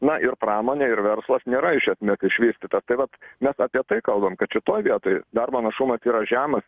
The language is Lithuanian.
na ir pramonė ir verslas nėra iš esmės išvystyta tai vat mes apie tai kalbam kad šitoj vietoj darbo našumas yra žemas